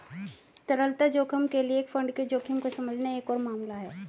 तरलता जोखिम के लिए एक फंड के जोखिम को समझना एक और मामला है